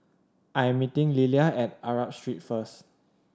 I am meeting Lilia at Arab Street first